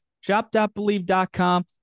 Shop.Believe.com